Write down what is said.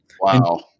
Wow